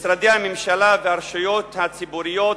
משרדי הממשלה והרשויות הציבוריות,